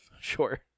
Sure